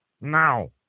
Now